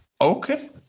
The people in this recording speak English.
Okay